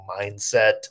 mindset